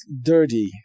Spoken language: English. Dirty